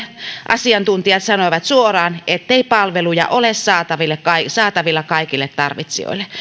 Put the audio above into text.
asiantuntijat sanoivat suoraan ettei palveluja ole saatavilla kaikille tarvitsijoille